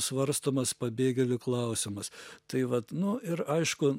svarstomas pabėgėlių klausimas tai vat nu ir aišku